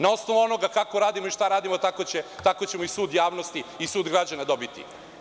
Na osnovu onoga kako radimo i šta radimo, tako ćemo i sud javnosti i sud građana dobiti.